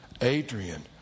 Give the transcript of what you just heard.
Adrian